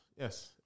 Yes